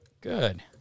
Good